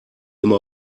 immer